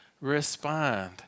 respond